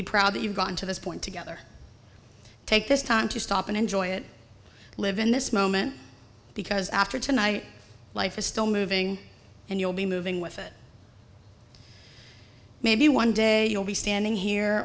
be proud that you've gotten to this point together take this time to stop and enjoy it live in this moment because after tonight life is still moving and you'll be moving with it maybe one day you'll be standing here